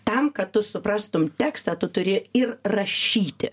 tam kad tu suprastum tekstą tu turi ir rašyti